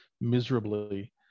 miserably